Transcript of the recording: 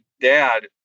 dad